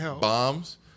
bombs